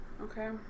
Okay